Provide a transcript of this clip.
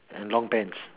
and long pants